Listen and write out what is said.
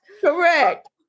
Correct